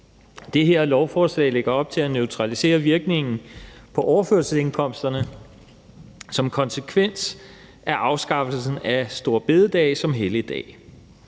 Det her lovforslag lægger op til at neutralisere virkningen på overførselsindkomsterne som konsekvens af afskaffelsen af store bededag som helligdag.